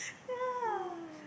ya